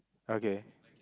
okay